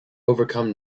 overcome